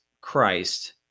Christ